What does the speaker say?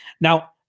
Now